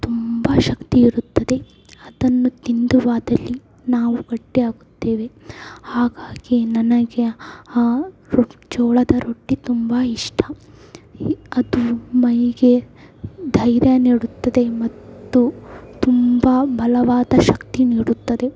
ತುಂಬ ಶಕ್ತಿ ಇರುತ್ತದೆ ಅದನ್ನು ತಿಂದೆವಾದಲ್ಲಿ ನಾವು ಗಟ್ಟಿ ಆಗುತ್ತೇವೆ ಹಾಗಾಗಿ ನನಗೆ ಆ ರೊ ಜೋಳದ ರೊಟ್ಟಿ ತುಂಬ ಇಷ್ಟ ಅದು ಮೈಗೆ ಧೈರ್ಯ ನೀಡುತ್ತದೆ ಮತ್ತು ತುಂಬ ಬಲವಾದ ಶಕ್ತಿ ನೀಡುತ್ತದೆ